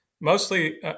mostly